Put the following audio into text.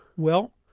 well,